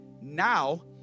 now